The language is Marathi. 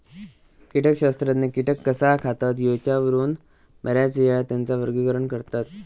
कीटकशास्त्रज्ञ कीटक कसा खातत ह्येच्यावरून बऱ्याचयेळा त्येंचा वर्गीकरण करतत